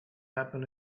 happen